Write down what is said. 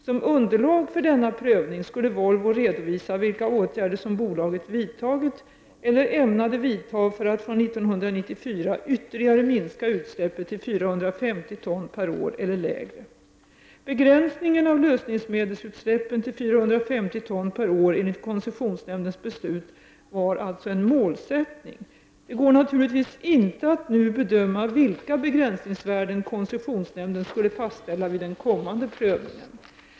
Som underlag för denna prövning skulle Volvo redovisa vilka åtgärder som bolaget vidtagit eller ämnade vidta för att från 1994 ytterligare minska utsläppet till 450 ton per år eller lägre. Begränsningen av lösningsmedelsutsläppen till 450 ton per år enligt koncessionsnämndens beslut var alltså en målsättning. Det går naturligtvis inte att nu bedöma vilka begränsningsvärden koncessionsnämnden skulle fastställa vid den kommande prövningen.